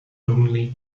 only